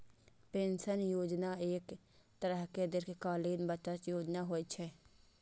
pension योजना एक तरहक दीर्घकालीन बचत योजना होइ छै